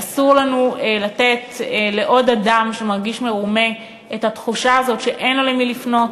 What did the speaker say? אסור לנו לתת לעוד אדם שמרגיש מרומה את התחושה הזאת שאין לו למי לפנות.